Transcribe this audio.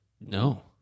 No